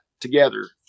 together